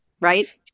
right